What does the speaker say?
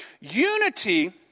Unity